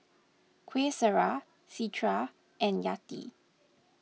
Qaisara Citra and Yati